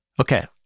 Okay